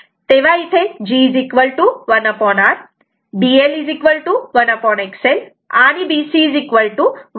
तेव्हा इथे G1R B L1XL आणि B C1XC असे आहे